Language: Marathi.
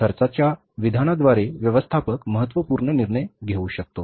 खर्चाच्या विधानाद्वारे व्यवस्थापक महत्त्वपूर्ण निर्णय घेऊ शकतो